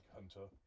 Hunter